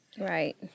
Right